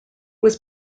was